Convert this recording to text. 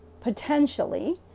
potentially